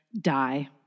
die